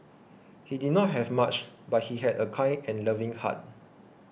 he did not have much but he had a kind and loving heart